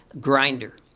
grinder